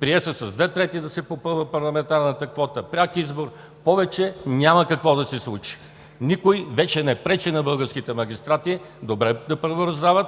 прие се с две трети да се попълва парламентарната квота – пряк избор. Повече няма какво да се случи. Никой вече не пречи на българските магистрати добре да правораздават,